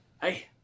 hey